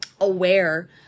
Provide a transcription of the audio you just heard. aware